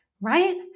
right